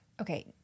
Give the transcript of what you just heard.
Okay